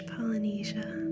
Polynesia